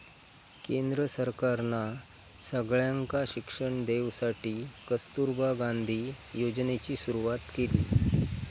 केंद्र सरकारना सगळ्यांका शिक्षण देवसाठी कस्तूरबा गांधी योजनेची सुरवात केली